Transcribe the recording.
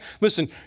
listen